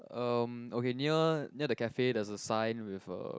um okay near near the cafe there's a sign with err